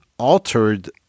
altered